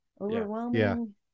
overwhelming